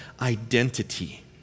identity